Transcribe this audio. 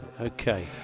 Okay